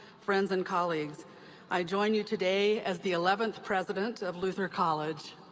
friends, and colleagues i join you today as the eleventh president of luther college.